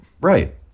Right